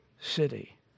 city